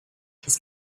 his